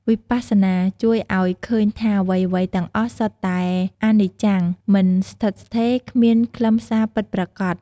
វិបស្សនាជួយឱ្យឃើញថា អ្វីៗទាំងអស់សុទ្ធតែអនិច្ចំ មិនស្ថិតស្ថេរ គ្មានខ្លឹមសារពិតប្រាកដ។